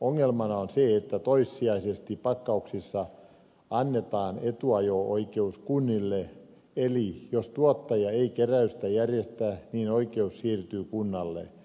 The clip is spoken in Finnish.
ongelmana on se että toissijaisesti pakkauksissa annetaan etuajo oikeus kunnille eli jos tuottaja ei keräystä järjestä niin oikeus siirtyy kunnalle